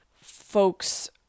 folks